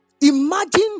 Imagine